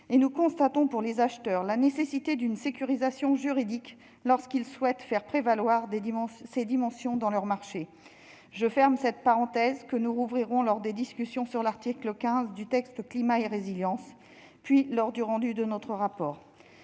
Et nous constatons la nécessité pour les acheteurs d'une sécurisation juridique lorsqu'ils souhaitent faire prévaloir ces dimensions dans leurs marchés. Je ferme cette parenthèse, que nous rouvrirons lors des discussions sur l'article 15 du projet de loi Climat et résilience, puis de la remise de notre rapport.